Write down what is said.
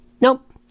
Nope